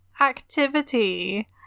activity